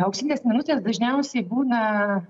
auksinės minutės dažniausiai būna